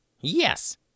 Yes